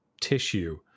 tissue